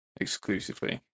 exclusively